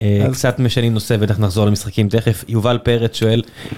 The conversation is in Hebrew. קצת משנים נושא נחזור למשחקים תכף יובל פרץ שואל.